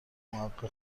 محقق